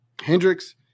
Hendricks